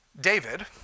David